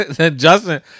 Justin